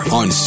on